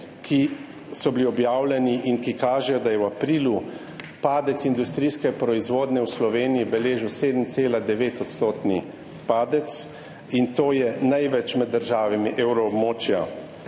ki so bili objavljeni in ki kažejo, da je v aprilu padec industrijske proizvodnje v Sloveniji beležil 7,9-odstotni padec – to je največ med državami evroobmočja.